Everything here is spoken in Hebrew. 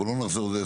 בוא לא נחזור על זה.